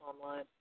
online